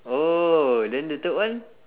oh then the third one